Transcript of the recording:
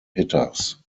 hitters